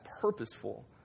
purposeful